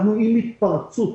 עם התפרצות